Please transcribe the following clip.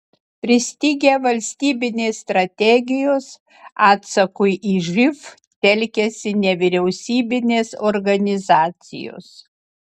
pristigę valstybinės strategijos atsakui į živ telkiasi nevyriausybinės organizacijos